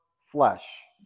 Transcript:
flesh